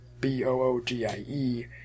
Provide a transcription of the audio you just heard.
b-o-o-g-i-e